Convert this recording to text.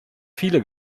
viele